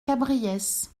cabriès